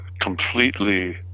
completely